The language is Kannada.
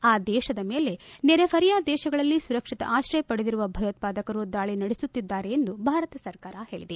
ಆ ದೇಶದ ಮೇಲೆ ನೆರೆಹೊರೆಯ ದೇಶಗಳಲ್ಲಿ ಸುರಕ್ಷಿತ ಆಶ್ರಯ ಪಡೆದಿರುವ ಭಯೋತ್ಪಾದಕರು ದಾಳಿ ನಡೆಸುತ್ತಿದ್ದಾರೆ ಎಂದು ಭಾರತ ಸರ್ಕಾರ ಹೇಳಿದೆ